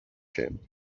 him